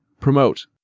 Promote